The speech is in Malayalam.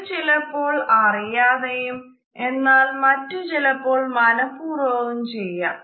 ഇത് ചിലപ്പോൾ അറിയാതെയും എന്നാൽ മറ്റു ചിലപ്പോൾ മനഃപൂർവ്വവും ചെയ്യാം